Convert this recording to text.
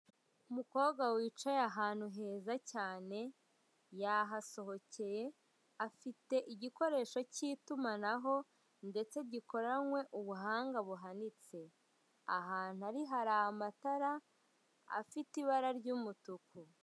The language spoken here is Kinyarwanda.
Umukobwa wicaye ahantu heza cyane yahasohokeye, afite igikoresho k'itumanaho ndetse gikoranywe ubuhanga buhanitse. Ahantu ari hari amatara afite ibara ry'umutuku.